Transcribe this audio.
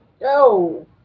No